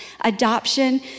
adoption